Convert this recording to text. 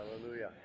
Hallelujah